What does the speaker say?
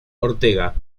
ortega